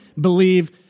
believe